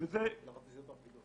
של האריזות האחידות.